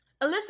Alyssa